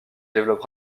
développe